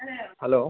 hello